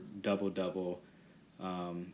double-double